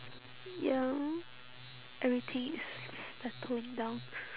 ya everything is s~ s~ settled down